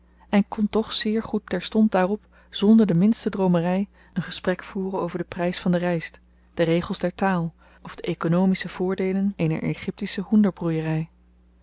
en kon toch zeer goed terstond daarop zonder de minste droomery een gesprek voeren over den prys van de ryst de regels der taal of de oekonomische voordeelen eener egyptische